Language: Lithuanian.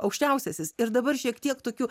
aukščiausiasis ir dabar šiek tiek tokių